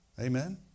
Amen